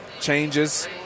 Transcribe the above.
changes